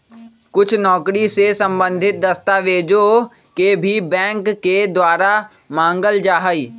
कुछ नौकरी से सम्बन्धित दस्तावेजों के भी बैंक के द्वारा मांगल जा हई